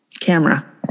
camera